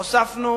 הוספנו